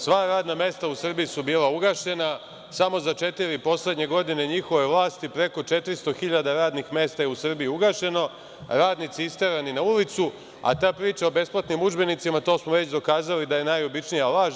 Sva radna mesta u Srbiji su bila ugašena, samo za četiri poslednje godine njihove vlasti preko 400 radnih mesta je u Srbiji ugašeno, radnici isterani na ulicu, a ta priča o besplatnim udžbenicima, to smo već dokazali da je najobičnija laž.